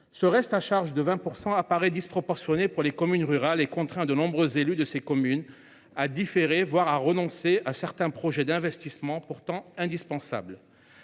Ce reste à charge de 20 % paraît disproportionné pour les communes rurales et contraint de nombreux élus de ces communes à différer certains projets d’investissement pourtant indispensables,